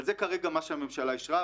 אבל זה כרגע מה שהממשלה אישרה.